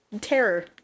terror